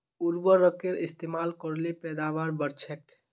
उर्वरकेर इस्तेमाल कर ल पैदावार बढ़छेक